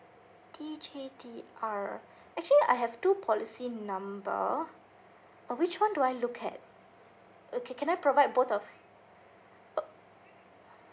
D J T R actually I have two policy number uh which one do I look at okay can I provide both of uh